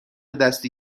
دستی